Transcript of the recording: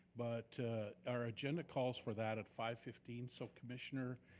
but our agenda calls for that at five fifteen, so commissioner,